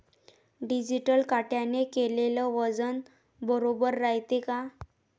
Digital काट्याने केलेल वजन बरोबर रायते का?